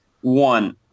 One